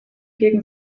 gegen